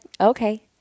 Okay